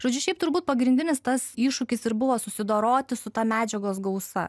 žodžiu šiaip turbūt pagrindinis tas iššūkis ir buvo susidoroti su ta medžiagos gausa